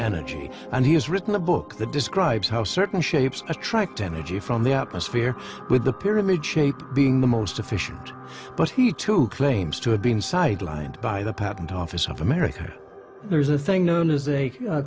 energy and he has written a book that describes how certain shapes attract energy from the atmosphere with the pyramid shaped being the most efficient but he too claims to have been sidelined by the patent office of america there's a thing known as a